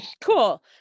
Cool